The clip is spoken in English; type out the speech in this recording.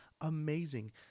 amazing